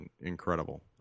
incredible